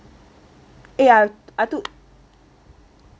eh I took